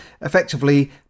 effectively